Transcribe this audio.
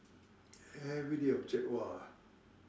everyday object !wah!